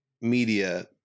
media